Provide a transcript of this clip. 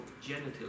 genital